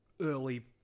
early